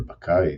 אבל בקיץ...